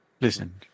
listen